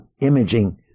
imaging